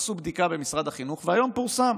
עשו בדיקה במשרד החינוך והיום פורסם.